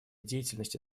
деятельности